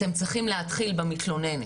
אתם צריכים להתחיל במתלוננת,